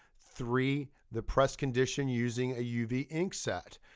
three. the press condition using a uv ink set.